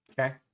Okay